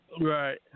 Right